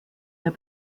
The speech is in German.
mehr